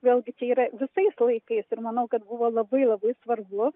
vėlgi čia yra visais laikais ir manau kad buvo labai labai svarbu